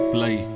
Play